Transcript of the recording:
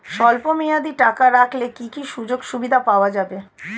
স্বল্পমেয়াদী টাকা রাখলে কি কি সুযোগ সুবিধা পাওয়া যাবে?